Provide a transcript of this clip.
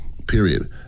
Period